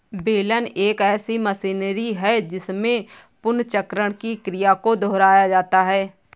बेलन एक ऐसी मशीनरी है जिसमें पुनर्चक्रण की क्रिया को दोहराया जाता है